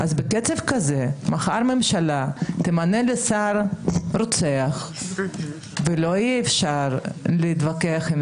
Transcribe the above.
בקצב כזה מחר הממשלה תמנה לשר רוצח ואי אפשר יהיה להתווכח עם